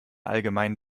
allgemein